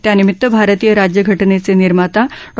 त्यानिमित भारतीय राज्यघटनेचे निर्माता डॉ